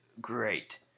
great